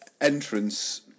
entrance